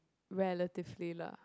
relatively lah